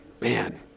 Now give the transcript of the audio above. man